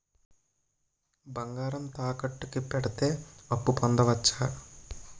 బంగారం తాకట్టు కి పెడితే అప్పు పొందవచ్చ?